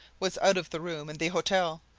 was out of the room and the hotel,